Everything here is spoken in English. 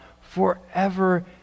forever